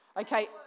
Okay